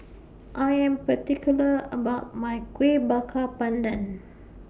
I Am particular about My Kueh Bakar Pandan